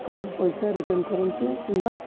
ଆମର ପଇସା ରିଟର୍ଣ୍ଣ କରନ୍ତୁ କିମ୍ବା